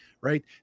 right